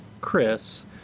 Chris